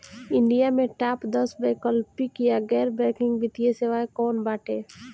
India में top दस वैकल्पिक या गैर बैंकिंग वित्तीय सेवाएं कौन कोन बाटे?